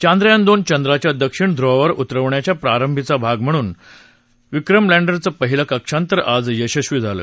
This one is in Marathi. चंद्रयान दोन चंद्राच्या दक्षिण ध्रुवावर उतरवण्याचा प्रारंभीचा भाग म्हणजे विक्रम लँडरचं पहिलं कक्षांतर आज यशस्वी झालं